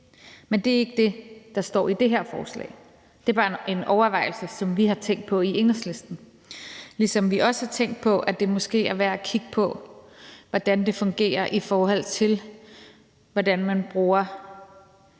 Men det er ikke det, der står i det her forslag, det er bare en overvejelse, som vi har tænkt på i Enhedslisten, ligesom vi også har tænkt på, at det måske er værd at kigge på, hvordan det fungerer, i forhold til hvordan man bruger